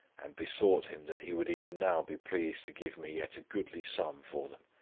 and besought him that he would even now be pleased to give me yet a goodly sum for them,